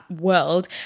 world